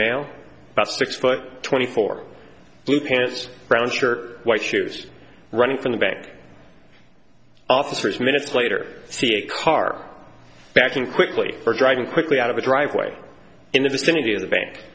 male about six foot twenty four blue pants brown shirt white shoes running from the back officers minutes later see a car backing quickly or driving quickly out of a driveway in the vicinity of the bank